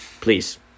please